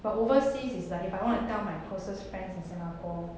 but overseas is like if I want to tell my closest friends in singapore